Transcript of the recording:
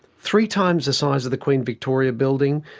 three times the size of the queen victoria building,